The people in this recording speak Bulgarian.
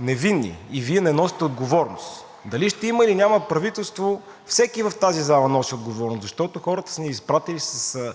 невинни и Вие не носите отговорност. Дали ще има, или няма правителство, всеки в тази зала носи отговорност, защото хората са ни изпратили със